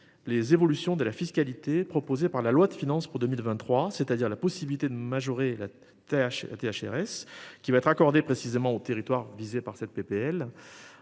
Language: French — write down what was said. les évolutions de la fiscalité proposée par la loi de finances pour 2023, c'est-à-dire la possibilité de majorer la tâche. Hrs qui va être précisément aux territoires visés par cette PPL